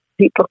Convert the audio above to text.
people